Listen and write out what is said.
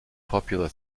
popular